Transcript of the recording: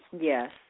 Yes